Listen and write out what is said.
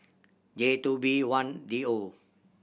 J two B one D O